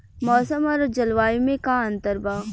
मौसम और जलवायु में का अंतर बा?